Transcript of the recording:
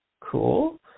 cool